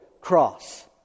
cross